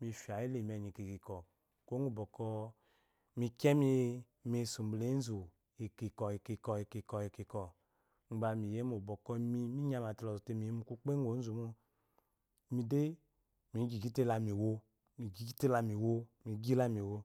mifia ilimi enyi ikikwɔ kikwɔ kikwɔ gba miyewn bami nyamate lɔzɔte miyi muku kpe gu ozu mo mide migyigyite lamiwo migyiland wo.